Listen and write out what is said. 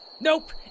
Nope